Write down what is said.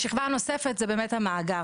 השכבה הנוספת זה באמת המאגר,